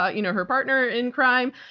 ah you know, her partner in crime.